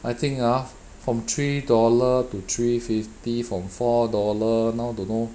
I think ah from three dollar to three fifty from four dollar now don't know